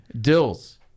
Dills